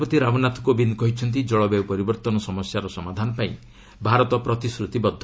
ରାଷ୍ଟ୍ରପତି ରାମନାଥ କୋବିନ୍ଦ କହିଛନ୍ତି ଜଳବାୟ ପରିବର୍ତ୍ତନ ସମସ୍ୟାର ସମାଧାନ ପାଇଁ ଭାରତ ପ୍ରତିଶ୍ରତିବଦ୍ଧ